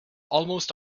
almost